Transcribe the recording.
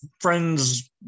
Friends